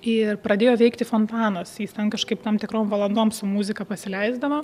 ir pradėjo veikti fontanas jis ten kažkaip tam tikrom valandom su muzika pasileisdavo